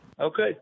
Okay